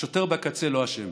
השוטר בקצה לא אשם,